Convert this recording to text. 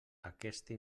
aquesta